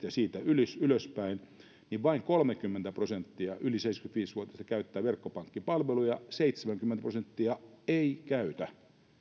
ja siitä ylös ylös niin vain kolmekymmentä prosenttia yli seitsemänkymmentäviisi vuotiaista käyttää verkkopankkipalveluja seitsemänkymmentä prosenttia ei käytä he